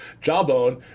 Jawbone